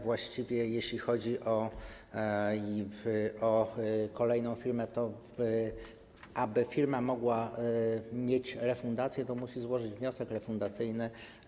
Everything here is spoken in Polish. Właściwie jeśli chodzi o kolejną firmę, to aby firma mogła mieć refundację, to musi złożyć wniosek refundacyjny.